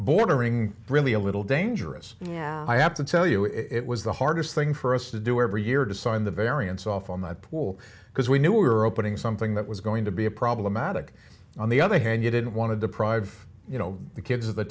bordering really a little dangerous yeah i have to tell you it was the hardest thing for us to do every year to sign the variance off on that pool because we knew we were opening something that was going to be a problematic on the other hand you didn't want to deprive you know the kids of the